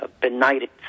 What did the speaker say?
Benighted